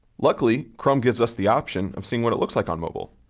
luckily, chrome gives us the option of seeing what it looks like on mobile.